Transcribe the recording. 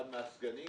אחד מהסגנים.